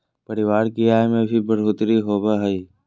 परिवार की आय में भी बढ़ोतरी होबो हइ